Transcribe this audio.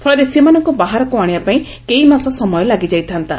ଫଳରେ ସେମାନଙ୍କୁ ବାହାରକୁ ଆଶିବା ପାଇଁ କେଇମାସ ସମୟ ଲାଗିଯାଇଥାନ୍ତା